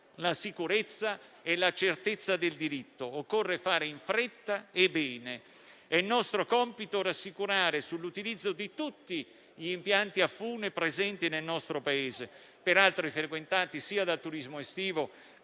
la sicurezza e la certezza del diritto; occorre fare in fretta e bene. È nostro compito rassicurare sull'utilizzo di tutti gli impianti a fune presenti nel nostro Paese, peraltro frequentati sia dal turismo estivo